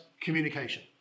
communication